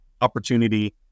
opportunity